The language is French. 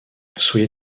soyez